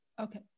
okay